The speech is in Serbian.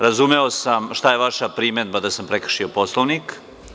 Razumeo sam šta je vaša primedba da sam prekršio Poslovnik.